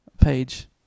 page